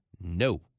No